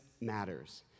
matters